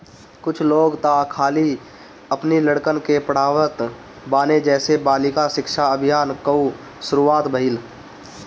कुछ लोग तअ खाली अपनी लड़कन के पढ़ावत बाने जेसे बालिका शिक्षा अभियान कअ शुरुआत भईल